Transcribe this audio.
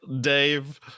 Dave